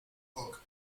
book